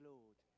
Lord